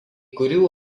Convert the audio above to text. kurių